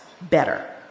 Better